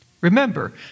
Remember